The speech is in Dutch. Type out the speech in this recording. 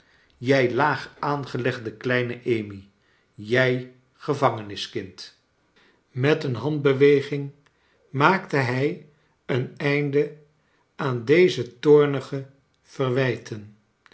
jij laag aangelegde kleine amy jij gevangeniskindi met een handbeweging maakte hij een einde aan deze toornige verwijten